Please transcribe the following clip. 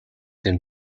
them